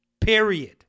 Period